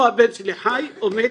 הבן שלי חי או מת,